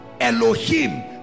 Elohim